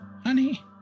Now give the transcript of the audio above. honey